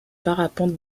parapente